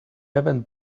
even